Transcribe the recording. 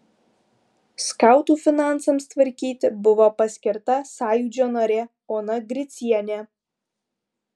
skautų finansams tvarkyti buvo paskirta sąjūdžio narė ona gricienė